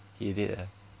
he did ah